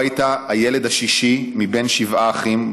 שבו היית הילד השישי מבין שבעה אחים,